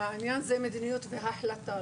העניין זה מדיניות והחלטה.